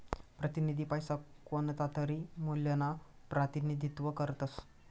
प्रतिनिधी पैसा कोणतातरी मूल्यना प्रतिनिधित्व करतस